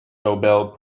nobel